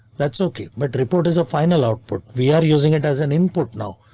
that's ok, but report is a final output. we are using it as an input now.